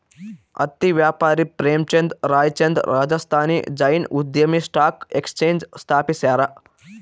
ಹತ್ತಿ ವ್ಯಾಪಾರಿ ಪ್ರೇಮಚಂದ್ ರಾಯ್ಚಂದ್ ರಾಜಸ್ಥಾನಿ ಜೈನ್ ಉದ್ಯಮಿ ಸ್ಟಾಕ್ ಎಕ್ಸ್ಚೇಂಜ್ ಸ್ಥಾಪಿಸ್ಯಾರ